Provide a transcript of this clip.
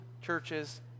churches